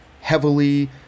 heavily